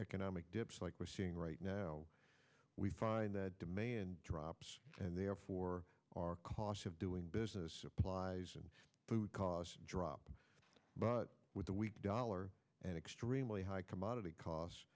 economic dips like we're seeing right now we find that drops and therefore our costs of doing business supplies and food costs drop but with the weak dollar and extremely high commodity c